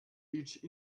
each